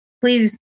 please